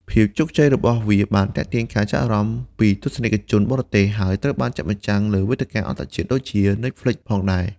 ភាពជោគជ័យរបស់វាបានទាក់ទាញការចាប់អារម្មណ៍ពីទស្សនិកជនបរទេស ហើយត្រូវបានចាក់បញ្ចាំងលើវេទិកាអន្តរជាតិដូចជា Netflix ផងដែរ។